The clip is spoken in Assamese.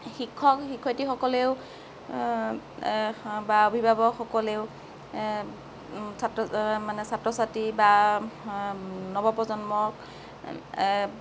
শিক্ষক শিক্ষয়ত্ৰীসকলেও বা অভিভাৱকসকলেও ছাত্ৰ এই মানে ছাত্ৰ ছাত্ৰী বা নৱপ্ৰজন্মক